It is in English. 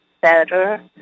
better